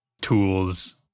tools